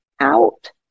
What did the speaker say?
out